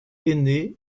aîné